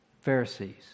Pharisees